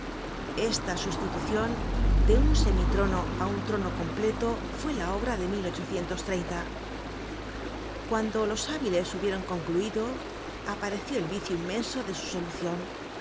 esta sustitucion de un semi trono á un trono completo fue la obra de cuando los hábiles hubieron concluido apareció el vicio inmenso de su solucion